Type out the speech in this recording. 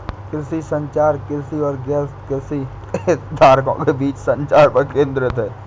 कृषि संचार, कृषि और गैरकृषि हितधारकों के बीच संचार पर केंद्रित है